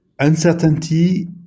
Uncertainty